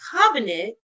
covenant